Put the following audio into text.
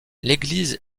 l’église